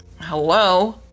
Hello